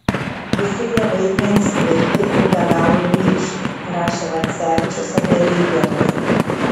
visi jo vaidmenys tvirti ir be galo vyriški rašė vancevičius apie rygertą